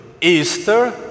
Easter